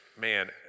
man